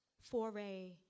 foray